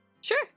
Sure